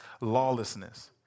lawlessness